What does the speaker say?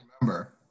remember